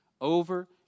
over